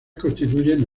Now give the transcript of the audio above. constituyen